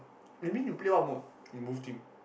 you mean you play what mode in WolfTeam